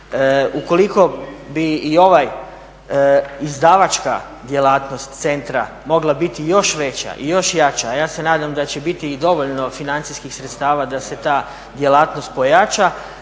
Ukoliko bi i ova izdavačka djelatno centra mogla biti još veća i još jača a ja se nadam da će biti i dovoljno financijskih sredstava da se ta djelatnost pojača,